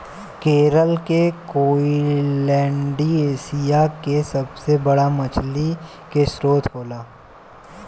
केरल के कोईलैण्डी एशिया के सबसे बड़ा मछली के स्त्रोत होला